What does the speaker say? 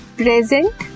present